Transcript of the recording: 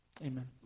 Amen